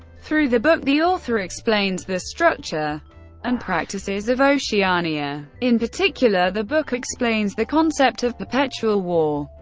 through the book, the author explains the structure and practices of oceania. in particular, the book explains the concept of perpetual war,